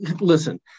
listen